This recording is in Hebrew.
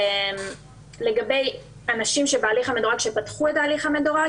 לגבי אנשים שפתחו בהליך המדורג,